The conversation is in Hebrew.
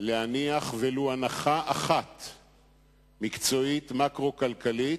להניח ולו הנחה אחת מקצועית, מקרו-כלכלית,